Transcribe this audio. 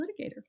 litigator